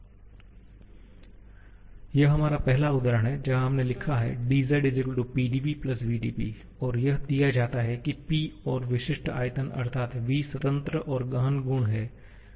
यह हमारा पहला उदाहरण है जहां हमने लिया है dz Pdv vdP और यह दिया जाता है कि P और विशिष्ट आयतन अर्थात् v स्वतंत्र और गहन गुण हैं